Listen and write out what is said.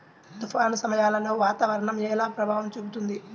తుఫాను సమయాలలో వాతావరణం ఎలా ప్రభావం చూపుతుంది?